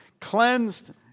cleansed